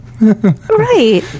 right